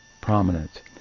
prominent